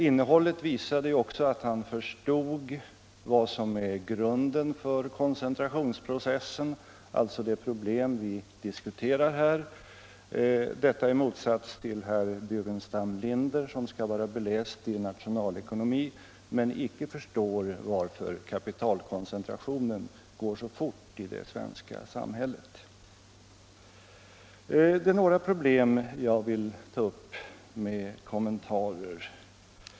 Innehållet visade ju att han förstod vad som är grunden för koncentrationsprocessen —- det problem vi diskuterar här — i motsats till herr Burenstam Linder, som skall vara beläst i nationalekonomi men icke förstår varför kapitalkoncentrationen går så fort i det svenska samhället. Det är några kommentarer jag vill göra.